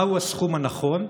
מהו הסכום הנכון?